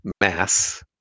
mass